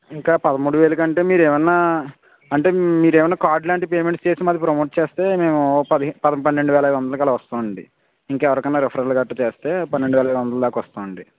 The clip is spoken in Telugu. ఇంకా పదమూడు వేలుకంటే మీరు ఎమన్నా అంటే మీరు ఎమన్నా కార్డులాంటి పెమెంట్స్ చేసి మాది ప్రమోట్ చేస్తే మేము ఒక పది పన్నెండువేల ఐదువందలకి అలా వస్తామండీ ఇంకా ఎవరికన్నా రెఫెరల్ గట్రా చేస్తే పన్నెండువేల ఐదువందల దాక వస్తామండి